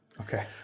okay